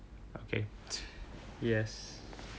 okay yes